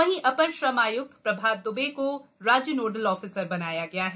वहीं अपर श्रम आयुक्त प्रभात दुबे को राज्य नोडल ऑफिसर बनाया गया है